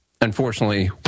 Unfortunately